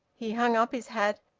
he hung up his hat,